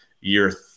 Year